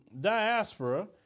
diaspora